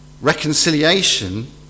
Reconciliation